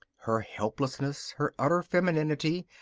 her helplessness, her utter femininity,